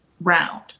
round